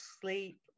sleep